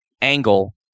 angle